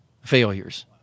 failures